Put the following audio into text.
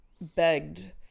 begged